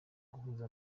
guhuza